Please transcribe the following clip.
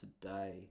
today